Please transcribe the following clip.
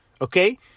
okay